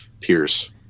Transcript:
peers